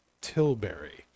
tilbury